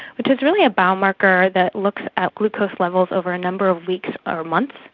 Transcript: which is really a biomarker that looks at glucose levels over a number of weeks or months,